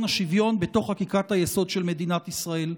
השוויון בתוך חקיקת היסוד של מדינת ישראל.